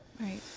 Right